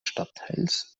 stadtteils